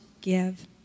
give